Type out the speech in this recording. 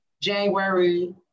January